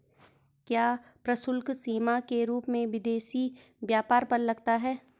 क्या प्रशुल्क सीमा कर के रूप में विदेशी व्यापार पर लगता है?